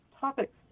topics